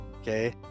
okay